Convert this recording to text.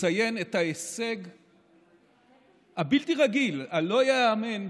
לציין את ההישג הבלתי-רגיל, הלא-ייאמן,